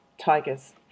tigers